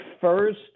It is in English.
first